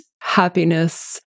happiness